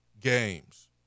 games